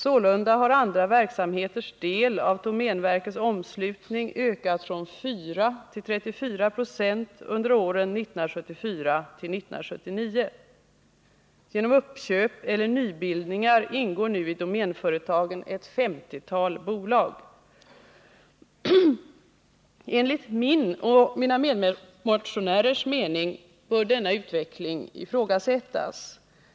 Sålunda har andra verksamheters del av domänverkets omslutning ökat från 4 till 34 26 under åren 1974-1979. Genom uppköp eller nybildningar ingår nu i Domänföretagen ett femtiotal bolag. Enligt min och mina medmotionärers mening bör denna utveckling ifrågasättas.